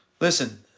listen